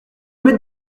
mette